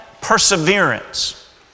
perseverance